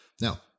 Now